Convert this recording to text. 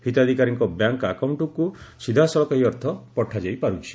ହିତାଧିକାରୀଙ୍କ ବ୍ୟାଙ୍କ ଆକାଉଣ୍ଟକୁ ସିଧାସଳଖ ଏହି ଅର୍ଥ ପଠାଯାଇ ପାର୍ ଛି